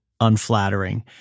unflattering